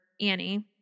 Annie